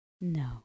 No